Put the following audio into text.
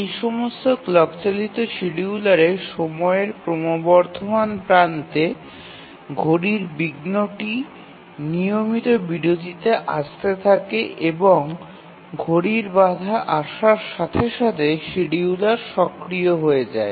এই সমস্ত ক্লক চালিত শিডিয়ুলারে সময়ের ক্রমবর্ধমান প্রান্তে ঘড়ির বিঘ্নটি নিয়মিত বিরতিতে আসতে থাকে এবং ঘড়ির বাধা আসার সাথে সাথে শিডিয়ুলার সক্রিয় হয়ে যায়